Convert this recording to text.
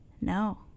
No